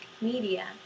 media